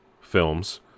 films